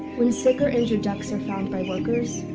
when sick or injured ducks are found by workers,